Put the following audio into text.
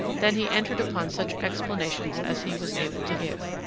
then he entered upon such explanations as he was able to give.